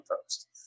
post